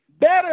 Better